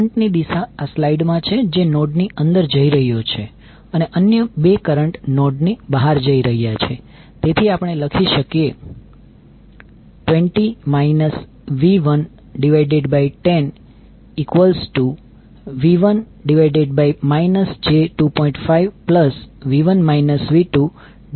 current ની દિશા આ સ્લાઇડમાં છે જે નોડની અંદર જઈ રહ્યો છે અને અન્ય 2 કરંટ નોડની બહાર જઇ રહ્યા છે તેથી આપણે લખી શકીએ 20 V110V1 j2